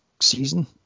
season